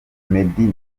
meddy